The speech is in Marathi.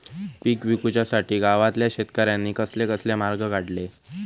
पीक विकुच्यासाठी गावातल्या शेतकऱ्यांनी कसले कसले मार्ग काढले?